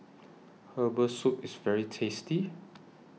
Herbal Soup IS very tasty